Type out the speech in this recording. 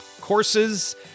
courses